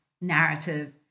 narrative